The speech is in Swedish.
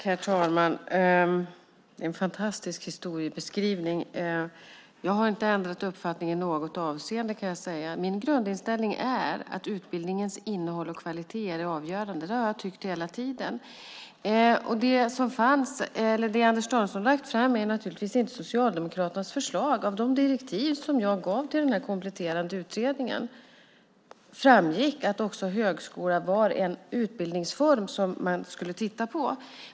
Herr talman! Det är en fantastisk historiebeskrivning. Jag har inte ändrat uppfattning i något avseende. Min grundinställning är att utbildningens innehåll och kvalitet är det avgörande. Det har jag tyckt hela tiden. Det som Anders Danielsson har lagt fram är naturligtvis inte Socialdemokraternas förslag. Av de direktiv jag gav till den kompletterande utredningen framgick att också högskola var en utbildningsform som man skulle titta på.